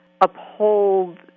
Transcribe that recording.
uphold